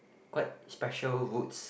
quite special woods